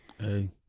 Hey